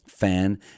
fan